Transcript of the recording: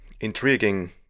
Intriguing